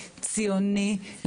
ציוני,